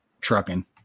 trucking